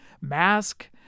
Mask